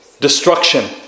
destruction